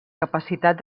capacitat